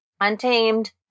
untamed